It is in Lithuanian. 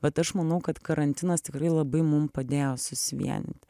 vat aš manau kad karantinas tikrai labai mum padėjo susivienyt